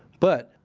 but,